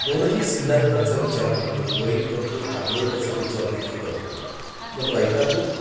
दोनही सिद्धांताचा विचार करतो द्वैत करतो अद्वैताचा विचारदेखील करतो मग द्वैतातून